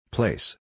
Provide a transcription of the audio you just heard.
Place